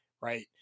right